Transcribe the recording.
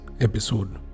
episode